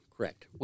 Correct